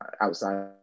Outside